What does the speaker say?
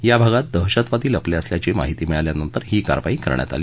या भागात दहशतवादी लपले असल्याची माहिती मिळाल्यानंतर ही कारवाई करण्यात आली